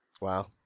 Wow